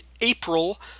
April